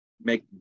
make